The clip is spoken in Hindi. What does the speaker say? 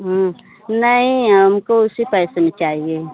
हाँ नहीं हमको उसी पैसे में चाहिए